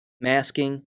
Masking